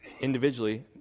Individually